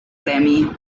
premi